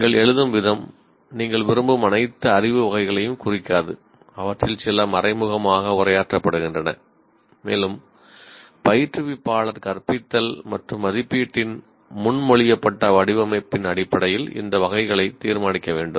நீங்கள் எழுதும் விதம் நீங்கள் விரும்பும் அனைத்து அறிவு வகைகளையும் குறிக்காது அவற்றில் சில மறைமுகமாக உரையாற்றப்படுகின்றன மேலும் பயிற்றுவிப்பாளர் கற்பித்தல் மற்றும் மதிப்பீட்டின் முன்மொழியப்பட்ட வடிவமைப்பின் அடிப்படையில் இந்த வகைகளை தீர்மானிக்க வேண்டும்